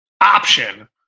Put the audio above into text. option